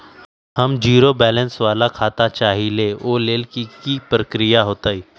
हम zero balance वाला खाता चाहइले वो लेल की की प्रक्रिया होतई?